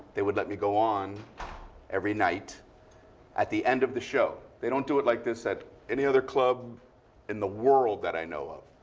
they would let me go on every night at the end of the show. they don't do it like this at any other club in the world that i know of.